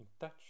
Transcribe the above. touch